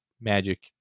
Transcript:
magic